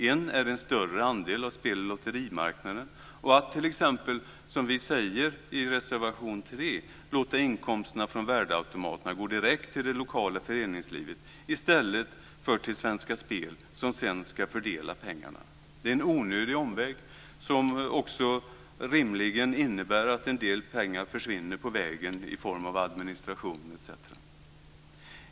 En är en större andel av spel och lotterimarknaden och att t.ex., som vi skriver i reservation 3, låta inkomsterna från värdeautomaterna gå direkt till det lokala föreningslivet i stället för till Svenska Spel, som sedan ska fördela pengarna. Det är en onödig omväg som också rimligen innebär att en del pengar försvinner på vägen i form av administration etc.